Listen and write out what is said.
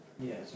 Yes